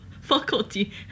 faculty